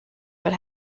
but